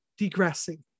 degressing